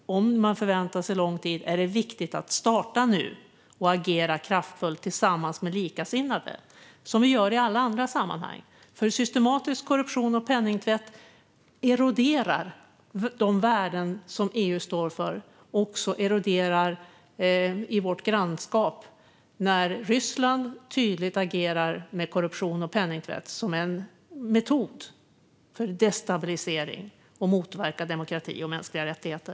Om man förväntar sig lång tid borde det snarare vara viktigt att starta nu och agera kraftfullt tillsammans med likasinnade, som vi gör i alla andra sammanhang. Systematisk korruption och penningtvätt eroderar de värden som EU står för, också i vårt grannskap när Ryssland tydligt agerar med korruption och penningtvätt som en metod för destabilisering och motverkar demokrati och mänskliga rättigheter.